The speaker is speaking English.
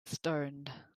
stoned